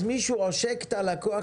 אם מישהו עושק את הלקוח,